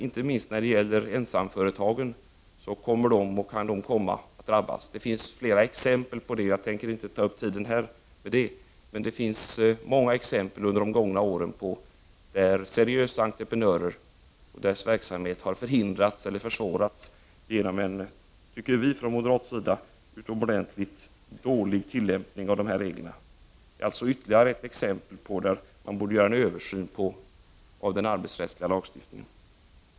Inte minst enmansföretagen drabbas. Jag skall inte ta upp tiden med detta, men det finns från de gångna åren många exempel på att seriösa entreprenörer och deras verksamhet har förhindrats eller försvårats genom en utomordentligt dålig tillämpning av reglerna. Det är ytterligare ett skäl till att det borde göras en översyn av den arbetsrättsliga lagstiftningen.